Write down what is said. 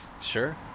Sure